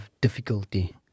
difficulty